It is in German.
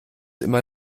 immer